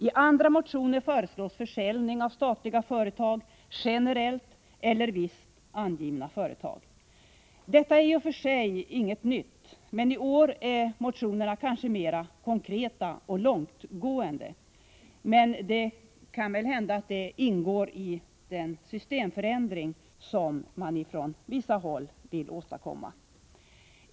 I andra motioner föreslås försäljning av statliga företag, generellt eller av vissa angivna företag. Detta är i och för sig inget nytt, men i år är motionerna mera konkreta och långtgående. Det kanske ingår i den ”systemförändring” som man från vissa håll vill åstadkomma.